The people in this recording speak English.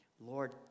Lord